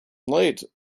late